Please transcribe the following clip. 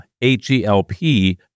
H-E-L-P